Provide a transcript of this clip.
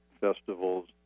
festivals